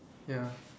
ya